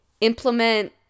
implement